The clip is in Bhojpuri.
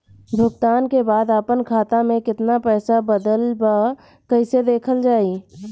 भुगतान के बाद आपन खाता में केतना पैसा बचल ब कइसे देखल जाइ?